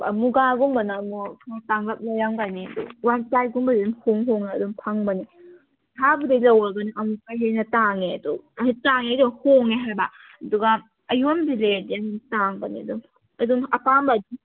ꯃꯒꯥꯒꯨꯝꯕꯅ ꯑꯃꯨꯛ ꯈꯔ ꯇꯥꯡꯂꯞ ꯂꯩꯔꯝꯒꯅꯤ ꯑꯗꯨ ꯋꯥꯟ ꯄ꯭ꯂꯥꯏꯒꯨꯝꯕꯗꯤ ꯑꯗꯨꯝ ꯏꯍꯣꯡ ꯍꯣꯡꯅ ꯑꯗꯨꯝ ꯐꯪꯕꯅꯦ ꯑꯍꯥꯕꯤꯗꯩ ꯂꯧꯔꯒꯅ ꯑꯃꯨꯛꯀ ꯍꯦꯟꯅ ꯇꯥꯡꯉꯦ ꯑꯗꯣ ꯑꯍꯥ ꯇꯥꯡꯉꯦ ꯍꯣꯡꯉꯦ ꯍꯥꯏꯕ ꯑꯗꯨꯒ ꯑꯌꯣꯟꯕꯤꯗꯩ ꯂꯩꯔꯗꯤ ꯑꯗꯨꯝ ꯇꯥꯡꯕꯅꯦ ꯑꯗꯨꯝ ꯑꯗꯨꯝ ꯑꯄꯥꯝꯕ